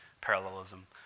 parallelism